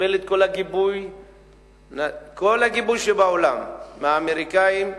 קיבל את כל הגיבוי שבעולם מהאמריקנים,